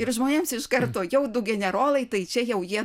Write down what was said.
ir žmonėms iš karto jau du generolai tai čia jau jie